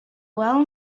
well